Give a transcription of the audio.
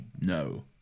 no